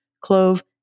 clove